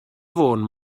fôn